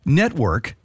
network